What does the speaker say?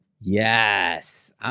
Yes